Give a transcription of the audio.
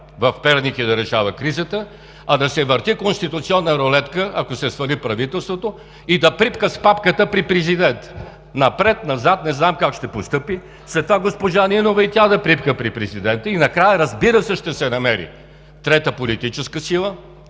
в Перник и да решава кризата, а да се върти конституционна рулетка, ако се свали правителството, и да припка с папката при президента напред-назад, не знам как ще постъпи, след това госпожа Нинова и тя да припка при президента, и накрая, разбира се, ще се намери трета политическа сила,